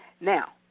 Now